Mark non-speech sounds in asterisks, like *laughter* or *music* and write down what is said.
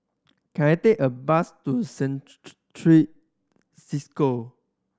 can I take a bus to *unintelligible* Cisco